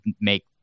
make